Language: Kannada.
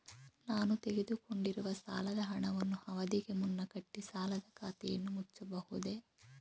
ನಾನು ತೆಗೆದುಕೊಂಡಿರುವ ಸಾಲದ ಹಣವನ್ನು ಅವಧಿಗೆ ಮುನ್ನ ಕಟ್ಟಿ ಸಾಲದ ಖಾತೆಯನ್ನು ಮುಚ್ಚಬಹುದೇ?